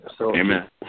Amen